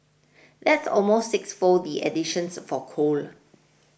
that's almost sixfold the additions for coal